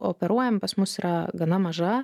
operuojam pas mus yra gana maža